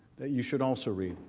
you should also read.